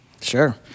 Sure